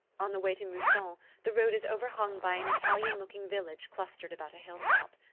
on the way to mousson the road is overhung by an italian-looking village clustered about a hill-top.